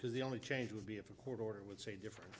because the only change would be if a court order would say different